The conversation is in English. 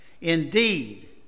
Indeed